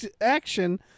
action